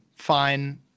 Fine